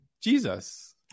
Jesus